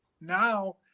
Now